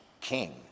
king